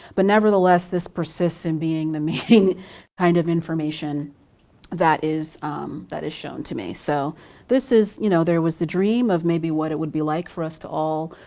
but nevertheless, this persists in being the main kind of information that is that is shown to me. so this is, you know, there was the dream of maybe what it would be like for us to all